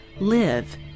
Live